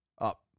up